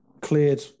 cleared